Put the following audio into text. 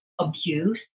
abuse